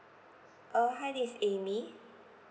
uh hi this is amy